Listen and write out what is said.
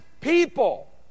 people